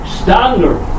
standard